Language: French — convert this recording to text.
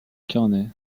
carnet